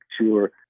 sure